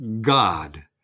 God